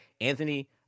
Anthony